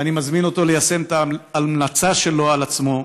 אני מזמין אותו ליישם את ההמלצה שלו על עצמו,